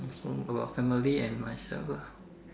so about family and myself lah